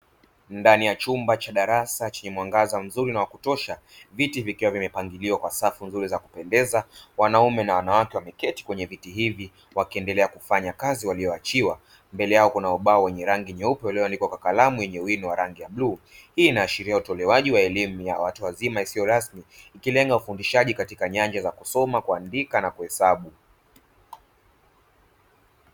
Ndani ya chumba cha darasa chenye mwangaza mzuri na wa kutosha, viti vikiwa vimepangiliwa kwa safu nzuri za kupendeza, wanaume na wanawake wameketi kwenye viti hivi wakiendelea kufanya kazi walioachiwa. Mbele yao kuna ubao wenye rangi nyeupe ulioandikwa kwa kalamu yenye wino wa rangi ya bluu. Hii inaashiria utolewaji wa elimu ya watu wazima isiyo rasmi ikilenga ufundishaji katika nyanja za kusoma, kuandika na kuhesabu.